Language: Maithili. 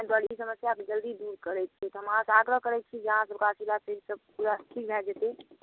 ताहि दुआरे ई समस्याके जल्दी दूर करैत छी हम अहाँसँ आग्रह करैत छी जे अहाँ सबके आशीर्वादसँ सब पूरा ठीक भए जयतै